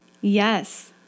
Yes